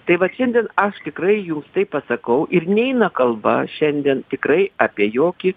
tai vat šiandien aš tikrai jums tai pasakau ir neina kalba šiandien tikrai apie jokį